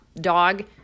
dog